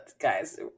guys